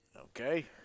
Okay